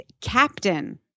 captain